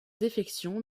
défection